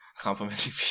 complimenting